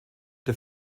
der